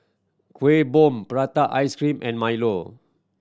Kueh Bom prata ice cream and milo